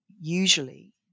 usually